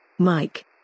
Mike